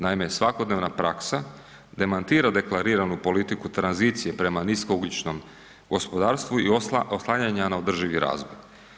Naime, svakodnevna praksa demantira deklariranu politiku tranzicije prema niskougljičnom gospodarstvu i oslanjanja na održivi razvoj.